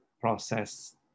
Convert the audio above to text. process